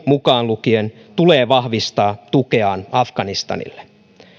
mukaan lukien tulee vahvistaa tukeaan afganistanille